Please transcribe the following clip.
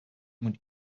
moet